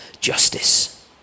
justice